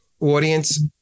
audience